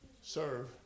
serve